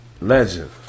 Legend